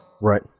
Right